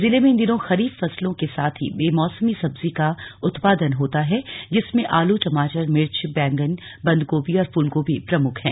जिले में इन दिनों खरीफ फसलों के साथ ही बैमोसमी सब्जी का उत्पादन होता है जिसमें आलू टमाटर मिर्च बैंगन बंदगोभी और फूलगोभी प्रमुख है